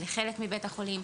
לחלק מבית החולים,